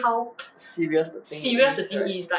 serious the thing is right